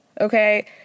okay